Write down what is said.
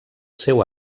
seu